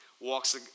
walks